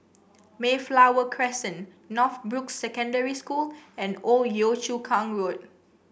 Mayflower Crescent Northbrooks Secondary School and Old Yio Chu Kang Road